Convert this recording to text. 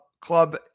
club